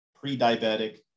pre-diabetic